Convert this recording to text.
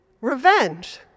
revenge